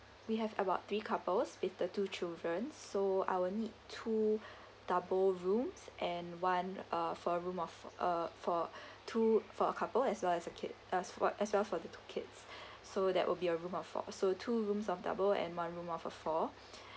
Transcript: we have about three couples with the two children so I will need two double rooms and one uh for a room of uh for two for a couple as well as a kid as what as well for the two kids so that will be a room of four so two rooms of double and one room of a four